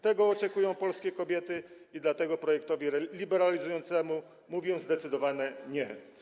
Tego oczekują polskie kobiety i dlatego projektowi liberalizującemu mówię zdecydowane „nie”